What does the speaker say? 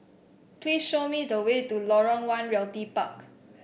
please show me the way to Lorong One Realty Park